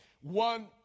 one